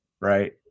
right